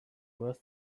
worth